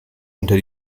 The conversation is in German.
unter